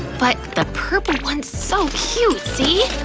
but the purple one's so cute, see?